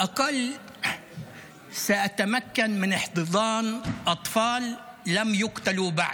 לפחות אני אוכל לחבק ילדים שעוד לא נהרגו,